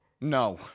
No